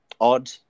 odd